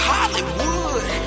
Hollywood